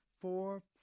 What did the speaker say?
four